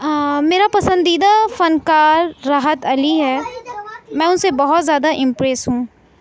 میرا پسندیدہ فنکار راحت علی ہے میں اس سے بہت زیادہ امپریس ہوں